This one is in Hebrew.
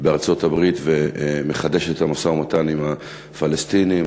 בארצות-הברית ומחדשת את המשא-ומתן עם הפלסטינים.